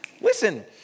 Listen